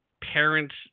parents